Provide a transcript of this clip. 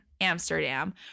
Amsterdam